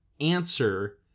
answer